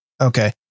Okay